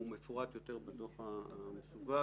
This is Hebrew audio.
הוא מפורט יותר בדוח המסווג